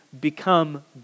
become